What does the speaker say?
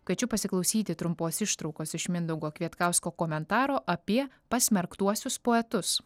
kviečiu pasiklausyti trumpos ištraukos iš mindaugo kvietkausko komentaro apie pasmerktuosius poetus